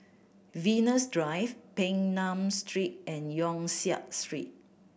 Venus Drive Peng Nguan Street and Yong Siak Street